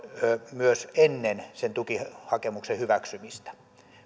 myös ennen sen tukihakemuksen hyväksymistä